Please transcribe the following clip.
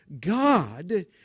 God